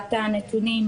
העברת הנתונים,